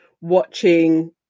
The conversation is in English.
watching